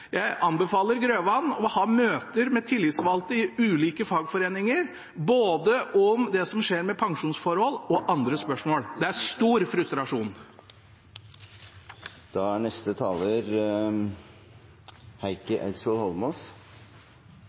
Jeg anbefaler Grøvan å ha møter med tillitsvalgte i ulike fagforeninger, både om det som skjer med pensjonsforhold og om andre spørsmål, for det er stor frustrasjon. Nok en gang driver statsråden med det som er